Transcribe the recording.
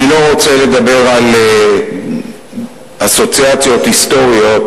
אני לא רוצה לדבר על אסוציאציות היסטוריות,